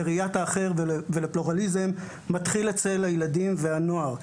לראיית האחר ולפלורליזם מתחיל אצל הילדים והנוער,